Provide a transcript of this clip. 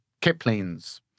Kipling's